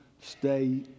stay